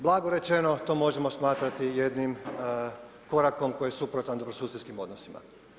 Blago rečeno, to možemo smatrati jednim korakom koji je suprotan dobrosusjedskim odnosima.